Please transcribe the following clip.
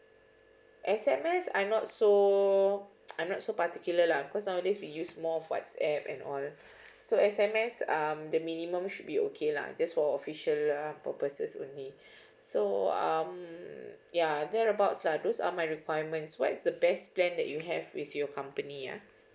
S_M_S I'm not so I'm not so particular lah because nowadays we use more whatsapp and all so S_M_S um the minimum should be okay lah just for official purposes only so um ya there about lah those are my requirements what is the best plan that you have with your company ah